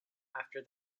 after